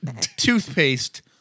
toothpaste